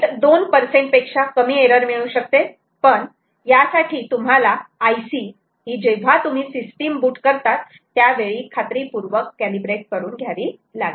२ पेक्षा कमी एरर मिळू शकते पण यासाठी तुम्हाला IC ही जेव्हा तुम्ही सिस्टीम बूट करतात त्यावेळी खात्रीपूर्वक कॅलिब्रेट करून घ्यावी लागेल